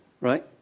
right